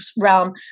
realm